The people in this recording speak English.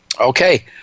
Okay